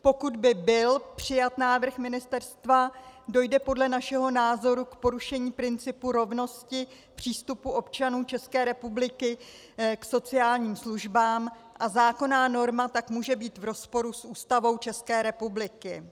Pokud by byl přijat návrh ministerstva, dojde podle našeho názoru k porušení principu rovnosti v přístupu občanů České republiky k sociálním službám, a zákonná norma tak může být v rozporu s Ústavou České republiky.